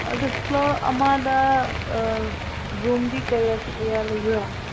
ꯑꯗꯨ ꯐ꯭ꯂꯣꯔ ꯑꯃꯗ ꯔꯨꯝꯗꯤ ꯀꯌꯥ ꯀꯌꯥ ꯂꯩꯕ꯭ꯔ